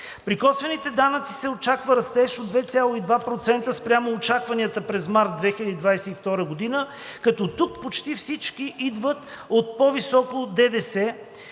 При косвените данъци се очаква растеж от 2,2% спрямо очакванията през март 2022 г., като тук почти всички идват от по-високо ДДС,